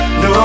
no